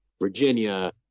Virginia